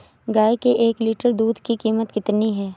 गाय के एक लीटर दूध की कीमत कितनी है?